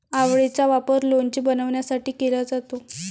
आवळेचा वापर लोणचे बनवण्यासाठी केला जातो